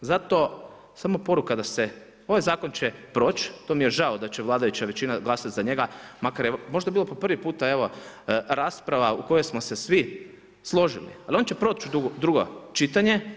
Zato samo poruka da se, ovaj zakon će proći to mi je žao da će vladajuća većina glasat za njega, makar bi ovo bilo po prvi puta rasprava u kojoj smo se svi složili, ali on će proć u drugo čitanje.